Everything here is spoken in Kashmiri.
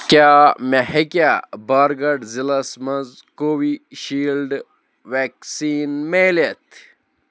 کیٛاہ مےٚ ہیٚکیٛاہ بارگَڑھ ضلعس مَنٛز کووِ شیٖلڈ ویٚکسیٖن میٖلِتھ